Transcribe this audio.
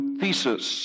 thesis